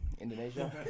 Indonesia